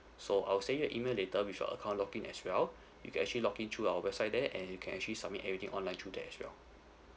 so I will send you email later with your account log in as well you can actually log in through our website there and you can actually submit everything online through there as well